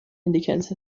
indicates